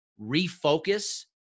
refocus